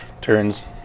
Turns